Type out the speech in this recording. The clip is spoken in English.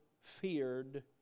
feared